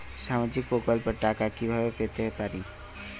সামাজিক প্রকল্পের টাকা কিভাবে পেতে পারি?